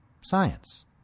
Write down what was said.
science